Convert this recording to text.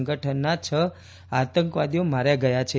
સંગઠનના છ આતંકવાદીઓ માર્યા ગયા છે